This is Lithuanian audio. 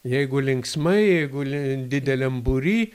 jeigu linksmai jeigu li dideliam būry